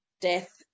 death